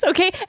Okay